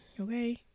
okay